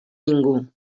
ningú